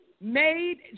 made